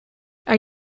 are